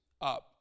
up